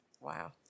Wow